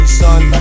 son